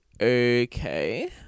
okay